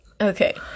Okay